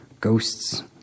ghosts